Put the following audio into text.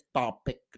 topic